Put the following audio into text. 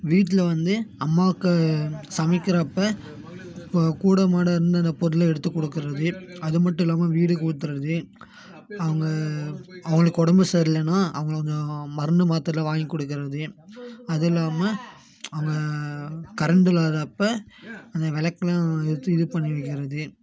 வீட்டில வந்து அம்மாவுக்கு சமைக்கிறப்போ இப்போ கூடமாட இருந்து அந்த பொருளை எடுத்து கொடுக்கறது அது மட்டும் இல்லாமல் வீடு கூட்டுறது அவங்க அவங்களுக்கு உடம்பு சரியில்லைன்னா அவங்கள கொஞ்சம் மருந்து மாத்திரைல்லாம் வாங்கி கொடுக்கறது அதுவும் இல்லாமல் அவங்க கரண்டு இல்லாதப்போ கொஞ்சம் விளக்குலாம் ஏற்றி இது பண்ணி வைக்கிறது